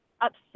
upset